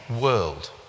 world